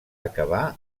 acabar